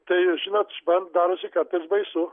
tai žinot man darosi kartais baisu